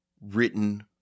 written